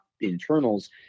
internals